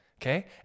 Okay